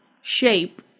shape